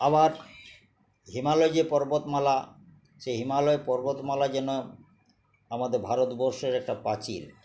আবার হিমালয় যে পর্বতমালা সেই হিমালয় পর্বতমালা যেন আমাদের ভারতবর্ষের একটা পাঁচিল